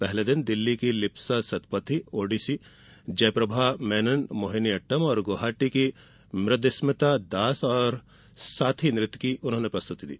पहले दिन दिल्ली की लिप्सा सत्पथी ओडिसी जयप्रभा मेनन मोहिनीअट्टम और गुवाहाटी की मृद्रस्मिता दास और साथी नृत्य की प्रस्तुति दी